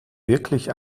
wirklich